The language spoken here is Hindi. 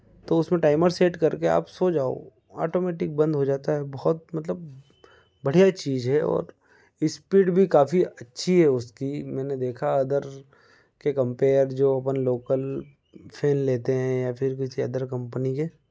तो उसमें टाइमर सेट कर के आप सो जाओ आटोमेटिक बंद हो जाता है बहुत मतलब बढ़िया चीज़ है और स्पीड भी काफी अच्छी है उसकी मैंने देखा अदर के कम्पेयर जो अपन लोकल फेन लेते हैं या फिर किसी अदर कम्पनी के